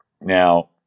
Now